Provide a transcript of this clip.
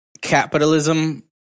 capitalism